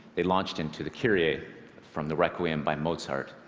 they launched into the kyrie ah from the requiem by mozart.